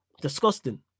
Disgusting